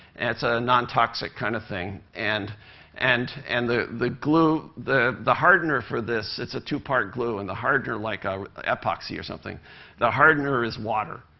it's a non-toxic kind of thing. and and and the the glue the the hardener for this it's a two-part glue, and the hardener like, a epoxy or something the hardener is water.